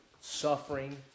suffering